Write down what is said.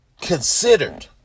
Considered